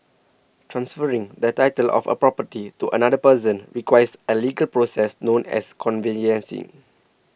transferring the title of a property to another person requires a legal process known as conveyancing